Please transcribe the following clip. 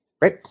right